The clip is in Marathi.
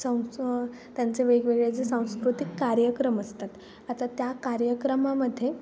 सं त्यांचे वेगवेगळे जे सांस्कृतिक कार्यक्रम असतात आता त्या कार्यक्रमामध्ये